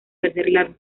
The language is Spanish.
perder